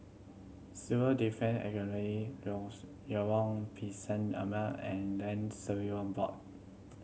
Civil Defence Academy Lorong Pisang Ema and Land Surveyor Board